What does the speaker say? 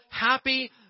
happy